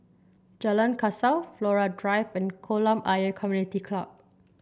Jalan Kasau Flora Drive and Kolam Ayer Community Club